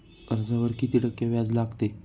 कर्जावर किती टक्के व्याज लागते?